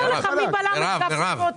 אספר לך מי בלם את גפני ואותי.